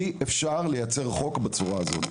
אי אפשר לייצר חוק בצורה הזאת.